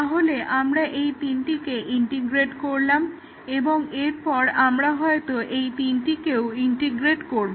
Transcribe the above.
তাহলে আমরা এই তিনটেকে ইন্টিগ্রেট করলাম এবং এরপর আমরা হয়তো এই তিনটেকেও ইন্টিগ্রেট করব